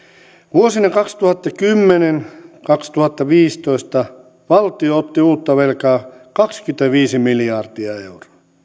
vuosina kaksituhattakymmenen viiva kaksituhattaviisitoista valtio otti uutta velkaa kaksikymmentäviisi miljardia euroa